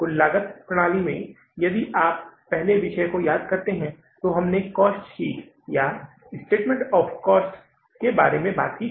कुल लागत प्रणाली में यदि आप पहले विषय को याद करते हैं तो हमने कॉस्ट शीट या स्टेटमेंट ऑफ़ कॉस्ट के बारे में बात की थी